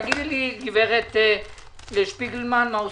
תגידי לי, הגב' שפיגלמן, מה עושים.